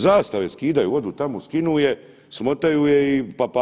Zastave skidaju, odu tamo skinu je, smotaju je i pa pa.